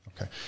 Okay